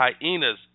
Hyenas